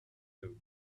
lived